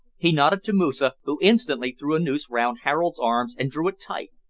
he nodded to moosa, who instantly threw a noose round harold's arms, and drew it tight.